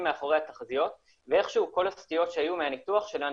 מאחורי התחזיות ואיכשהו כל הסטיות שהיו מהניתוח שלנו